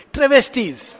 Travesties